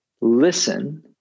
listen